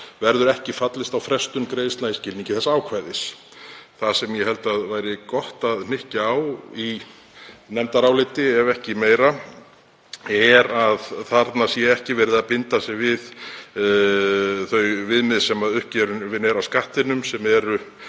verður ekki fallist á frestun greiðslna í skilningi þessa ákvæðis.“ Það sem ég held að væri gott að hnykkja á í nefndaráliti, ef ekki meira, er að þarna sé ekki verið að binda sig við þau viðmið sem uppgefin eru af Skattinum, sem eru